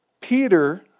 Peter